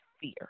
fear